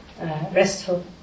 restful